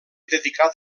dedicat